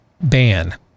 ban